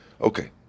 Okay